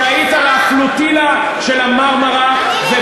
שהיית על הפלוטילה של ה"מרמרה" אני נלחמת בעד שוויון,